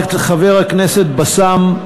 חבר הכנסת בסאם,